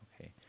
Okay